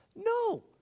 No